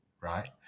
right